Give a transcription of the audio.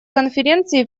конференции